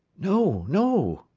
no, no,